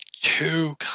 two